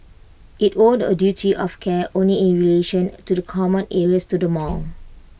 IT owed A duty of care only in relation to the common areas to the mall